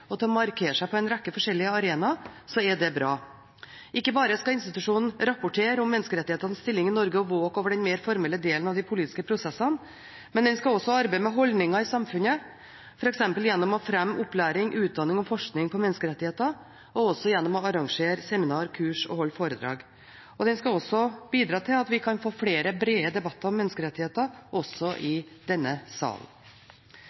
og til å markere seg på en rekke forskjellige arenaer, er det bra. Ikke bare skal institusjonen rapportere om menneskerettighetenes stilling i Norge og våke over den mer formelle delen av de politiske prosessene, den skal også arbeide med holdninger i samfunnet, f.eks. gjennom å fremme opplæring og utdanning i og forskning på menneskerettigheter og gjennom å arrangere seminar og kurs og å holde foredrag. Den skal også bidra til at vi kan få flere brede debatter om menneskerettigheter også i denne salen.